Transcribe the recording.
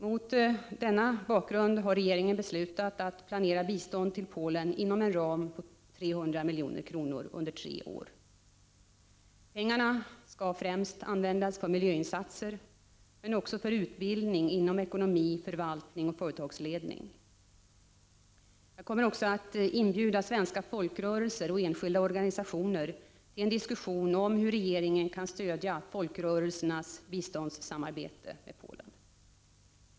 Mot denna bakgrund har regeringen beslutat att planera bistånd till Polen inom en ram på 300 milj.kr. under tre år. Pengarna skall främst användas för miljöinsatser, men också för utbildning inom ekonomi, förvaltning och företagsledning. Jag kommer också att inbjuda svenska folkrörelser och enskilda organisationer till en diskussion om hur regeringen kan stödja folkrörelsernas biståndssamarbete med Polen.